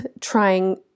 trying